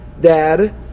Dad